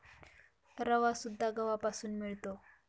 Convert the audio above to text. रवासुद्धा गव्हापासून मिळतो